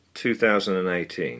2018